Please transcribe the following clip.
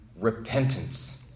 repentance